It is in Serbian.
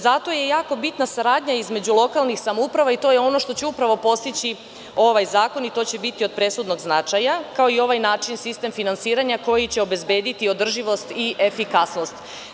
Zato je jako bitna saradnja između lokalnih samouprava i to je ono što će upravo postići ovaj zakon, što će biti od presudnog značaja, kao i ovaj način sistema finansiranja koji će obezbediti održivost i efikasnost.